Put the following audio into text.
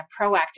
proactive